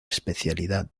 especialidad